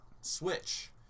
switch